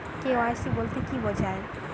KYC বলতে কি বোঝায়?